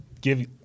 give